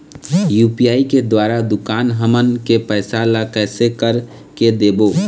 UPI के द्वारा दुकान हमन के पैसा ला कैसे कर के देबो?